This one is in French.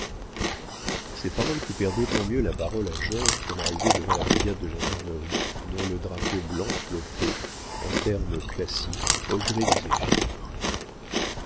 ces paroles coupèrent d'autant mieux la parole à georges qu'on arrivait devant la brigade de gendarmerie dont le drapeau blanc flottait en termes classiques au gré du zéphyr